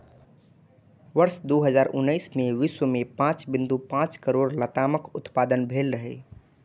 वर्ष दू हजार उन्नैस मे विश्व मे पांच बिंदु पांच करोड़ लतामक उत्पादन भेल रहै